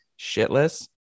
shitless